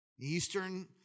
Eastern